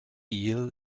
eel